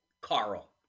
carl